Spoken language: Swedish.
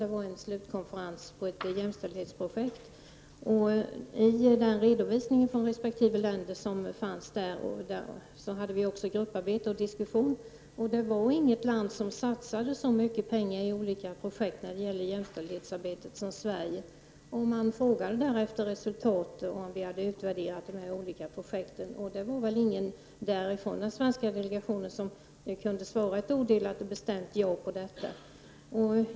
Det var fråga om en avslutande konferens i ett jämställdshetsprojekt. Vid den redovisning från resp. land som där gjordes hade vi också ett grupparbete och en diskussion. Det fanns inget annat land som satsade så mycket pengar i olika projekt i jämställdhetsarbetet som Sverige. Man frågade efter resultaten och om vi hade utvärderat de olika projekten, men det fanns ingen från den svenska delegationen som kunde svara ett odelat och bestämt ja på detta.